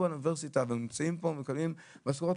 באוניברסיטה ונמצאים פה ומקבלים משכורות?